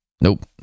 Nope